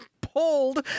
pulled